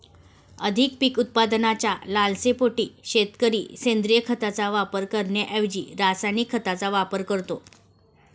अधिक पीक उत्पादनाच्या लालसेपोटी शेतकरी सेंद्रिय खताचा वापर करण्याऐवजी रासायनिक खतांचा वापर करतो